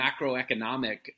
macroeconomic